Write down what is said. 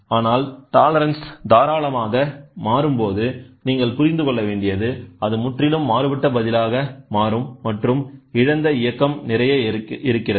ஆனால் டாலரன்ஸ் தாராளமாக மாறும் போது நீங்கள் புரிந்து கொள்ள வேண்டியது அது முற்றிலும் மாறுபட்ட பதிலாக மாறும் மற்றும் இழந்த இயக்கம் நிறைய இருக்கிறது